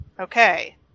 okay